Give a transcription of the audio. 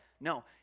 No